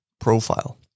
profile